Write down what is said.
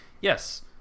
yes